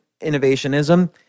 innovationism